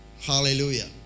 hallelujah